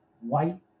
white